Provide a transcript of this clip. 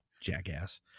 jackass